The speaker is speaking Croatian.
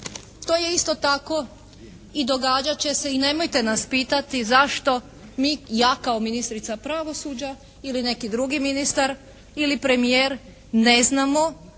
to je isto tako i događat će se i nemojte nas pitati zašto mi, ja kao ministrica pravosuđa ili neki drugi ministar ili premijer neznamo